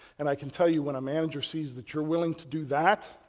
and i can tell you when a manager sees that you're willing to do that,